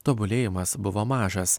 tobulėjimas buvo mažas